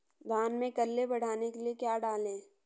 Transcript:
धान में कल्ले बढ़ाने के लिए क्या डालें?